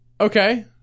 Okay